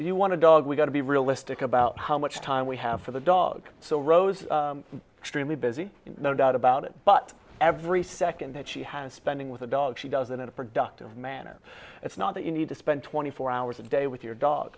you want to dog we got to be realistic about how much time we have for the dog so rose stream we busy no doubt about it but every second that she has spending with a dog she does it in a productive manner it's not that you need to spend twenty four hours a day with your dog